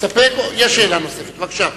יש שאלה נוספת, בבקשה.